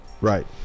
Right